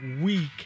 week